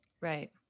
Right